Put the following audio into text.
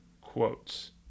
quotes